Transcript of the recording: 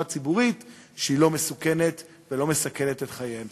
ציבורית שהיא לא מסוכנת ולא מסכנת את חייהם.